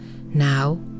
Now